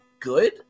Good